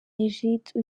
egide